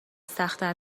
سختتر